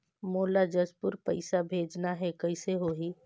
मोला जशपुर पइसा भेजना हैं, कइसे होही?